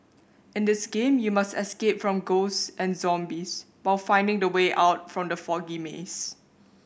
in this game you must escape from ghosts and zombies while finding the way out from the foggy maze